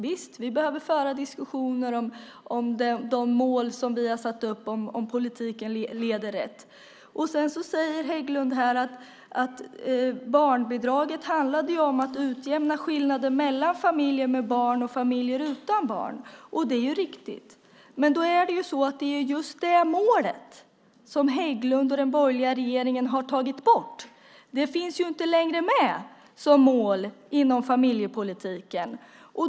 Visst behöver vi föra diskussioner om de mål som vi har satt upp och om politiken leder rätt. Sedan säger Hägglund att barnbidraget handlade om att utjämna skillnader mellan familjer med barn och familjer utan barn. Det är riktigt, men det är just det målet som Hägglund och den borgerliga regeringen har tagit bort. Det finns inte längre med som mål inom familjepolitiken.